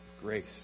grace